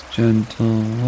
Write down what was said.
gentle